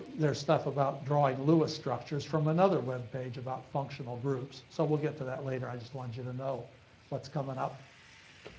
there's stuff about drawing lewis structures, from another webpage about functional groups. so we'll get to that later, i just wanted you to know what's coming up.